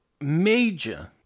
major